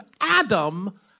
Adam